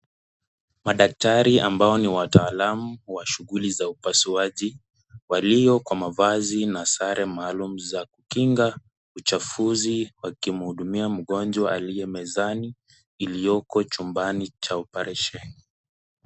Madaktari ambao ni wataalam wa shughuli za upasuaji walio kwa mavazi na sare maalum za kukinga uchafuzi wakimhudumia mgonjwa aliye mezani, iliyoko chumbani cha oparesheni.